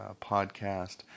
podcast